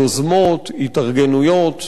יוזמות, התארגנויות,